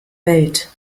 welt